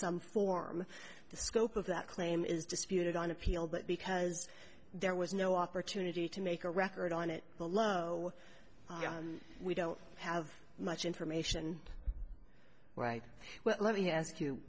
some form the scope of that claim is disputed on appeal but because there was no opportunity to make a record on it below we don't have much information right well let me ask you